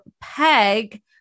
Peg